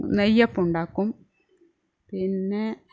നെയ്യപ്പമുണ്ടാക്കും പിന്നെ